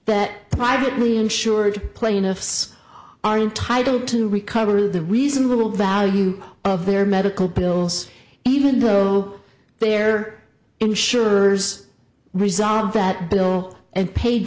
that privately insured plaintiffs are entitled to recover the reasonable value of their medical bills even though their insurers result that bill and paid